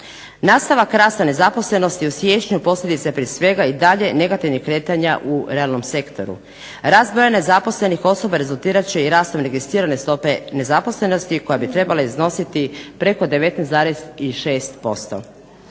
Nastavak rasta nezaposlenosti u siječnju posljedica je prije svega i dalje negativnih kretanja u realnom sektoru. Rast broja nezaposlenih osoba rezultirat će i rastom registrirane stope nezaposlenosti, koja bi trebala iznositi preko 19,6%.